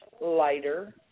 lighter